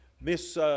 Miss